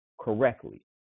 correctly